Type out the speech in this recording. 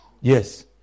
Yes